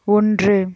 ஒன்று